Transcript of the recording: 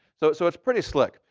so so it's pretty slick.